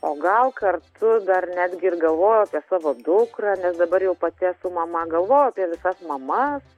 o gal kartu dar netgi ir galvojau apie savo dukrą nes dabar jau pati esu mama galvojau apie visas mamas